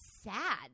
sad